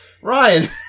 Ryan